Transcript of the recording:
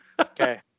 Okay